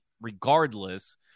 regardless